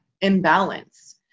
imbalance